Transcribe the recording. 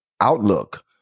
outlook